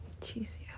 Cheesy